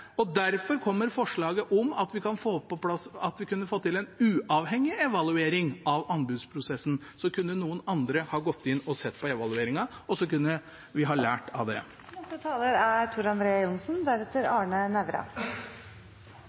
respektere. Derfor kommer forslaget om at vi kunne fått til en uavhengig evaluering av anbudsprosessen. Så kunne noen andre ha gått inn og sett på evalueringen, og så kunne vi ha lært av det. Representanten Myrli er